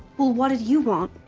well, what did you want?